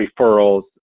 referrals